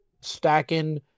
Stacking